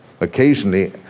Occasionally